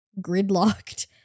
gridlocked